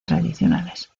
tradicionales